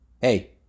hey